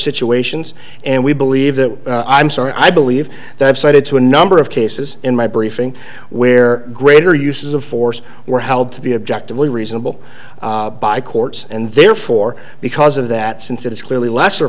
situations and we believe that i'm sorry i believe that i've cited to a number of cases in my briefing where greater uses of force were held to be objectively reasonable by courts and therefore because of that since it is clearly a lesser